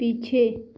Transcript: पीछे